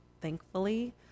thankfully